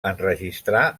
enregistrar